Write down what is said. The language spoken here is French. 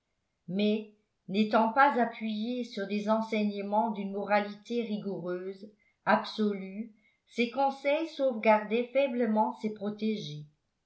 mais n'étant pas appuyés sur des enseignements d'une moralité rigoureuse absolue ses conseils sauvegardaient faiblement ses protégés